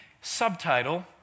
Subtitle